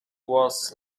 was